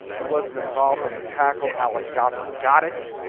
he wasn't involved in the tackle. alec goffard got it.